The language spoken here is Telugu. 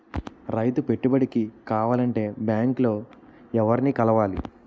రైతు పెట్టుబడికి కావాలంటే బ్యాంక్ లో ఎవరిని కలవాలి?